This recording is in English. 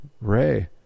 Ray